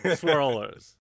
swirlers